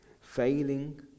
Failing